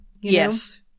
Yes